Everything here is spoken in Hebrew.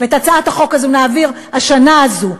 ואת הצעת החוק הזאת נעביר השנה הזאת,